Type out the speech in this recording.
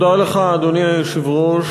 אדוני היושב-ראש,